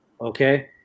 Okay